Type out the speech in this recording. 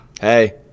Hey